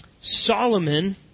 Solomon